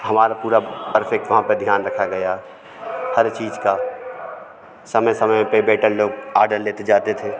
हमारा पूरा वहाँ पर ध्यान रखा गया हर चीज़ का समय समय पर बेटर लोग आदर लेते जाते थे